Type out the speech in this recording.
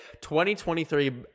2023